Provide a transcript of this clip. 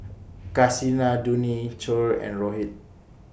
Kasinadhuni Choor and Rohit